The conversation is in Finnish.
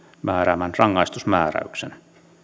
määräämän rangaistusmääräyksen